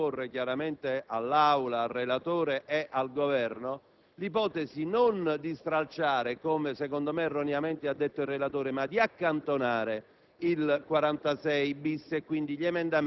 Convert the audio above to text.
Questo perché volevo sottoporre all'Assemblea, al relatore e al Governo l'ipotesi non di stralciare, come secondo me erroneamente ha detto il relatore, ma di accantonare